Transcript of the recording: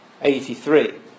83